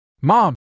Mom